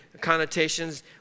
connotations